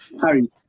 Harry